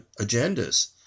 agendas